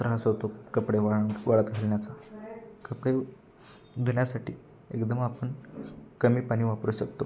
त्रास होतो कपडे वाळण वाळत घालण्याचा कपडे धुण्यासाठी एकदम आपण कमी पाणी वापरू शकतो